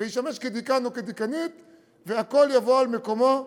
וישמש כדיקן או כדיקנית,